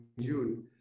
June